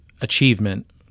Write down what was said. achievement